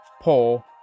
Paul